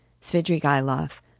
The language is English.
Svidrigailov